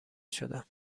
شدم